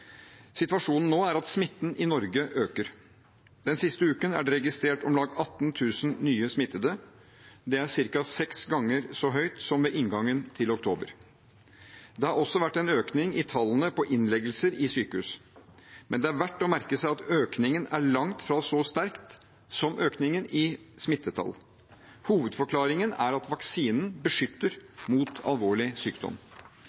Situasjonen nå er at smitten i Norge øker. Den siste uken er det registrert om lag 18 000 nye smittede. Det er ca. seks ganger så høyt som ved inngangen til oktober. Det har også vært en økning i tallene på innleggelser i sykehus, men det er verdt å merke seg at økningen er langt fra så sterk som økningen i smittetall. Hovedforklaringen er at vaksinen beskytter mot alvorlig sykdom.